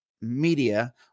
Media